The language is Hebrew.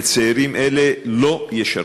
וצעירים אלה לא ישרתו.